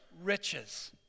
riches